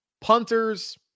Punters